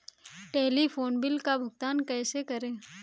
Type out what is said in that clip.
Telephone bill का भुगतान कैसे करें?